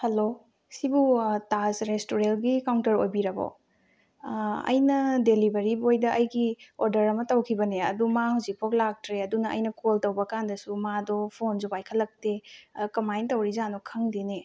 hello ꯁꯤꯕꯨ ꯇꯥꯖ ꯔꯦꯁꯇꯨꯔꯦꯟꯒꯤ counter ꯑꯣꯏꯕꯤꯔꯕꯣ ꯑꯩꯅ ꯗꯦꯂꯤꯕꯔꯤ ꯕꯣꯏꯗ ꯑꯩꯒꯤ ꯑꯣꯔꯗꯔ ꯑꯃ ꯇꯧꯈꯤꯕꯅꯦ ꯑꯗꯨ ꯃꯥ ꯍꯧꯖꯤꯛ ꯐꯥꯎ ꯂꯥꯛꯇ꯭ꯔꯦ ꯑꯗꯨꯅ ꯑꯩꯅ ꯀꯣꯜ ꯇꯧꯕ ꯀꯥꯟꯗꯁꯨ ꯃꯥꯗꯣ ꯐꯣꯟꯁꯨ ꯄꯥꯏꯈꯠꯂꯛꯇꯦ ꯀꯃꯥꯏꯅ ꯇꯧꯔꯤꯖꯥꯠꯅꯣ ꯈꯪꯗꯦꯅꯦ